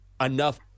enough